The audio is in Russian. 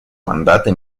мандаты